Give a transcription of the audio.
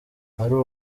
ari